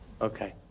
Okay